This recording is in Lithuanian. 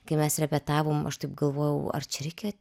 kai mes repetavom aš taip galvojau ar čia reikia